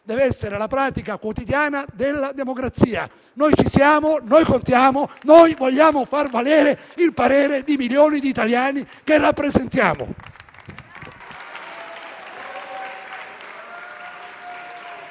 deve essere la pratica quotidiana della democrazia. Noi ci siamo, noi contiamo, noi vogliamo far valere il parere di milioni di italiani che rappresentiamo.